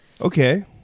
Okay